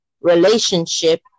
relationship